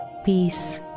peace